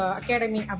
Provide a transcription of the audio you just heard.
academy